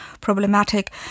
problematic